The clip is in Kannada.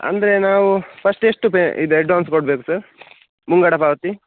ಅಂದರೆ ನಾವು ಫಸ್ಟು ಎಷ್ಟು ಪೇ ಇದು ಅಡ್ವಾನ್ಸ್ ಕೊಡಬೇಕು ಸರ್ ಮುಂಗಡ ಪಾವತಿ